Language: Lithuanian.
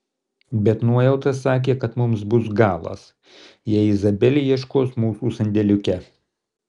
bet nuojauta sakė kad mums bus galas jei izabelė ieškos mūsų sandėliuke